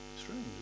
Strange